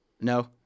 No